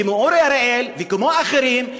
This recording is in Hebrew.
כמו אורי אריאל וכמו אחרים,